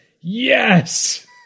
yes